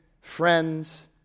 friends